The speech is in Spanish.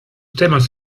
temas